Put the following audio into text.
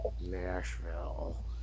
Nashville